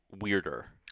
weirder